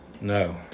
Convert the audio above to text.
No